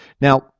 Now